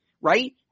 right